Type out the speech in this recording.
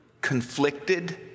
conflicted